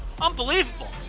Unbelievable